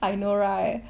I know right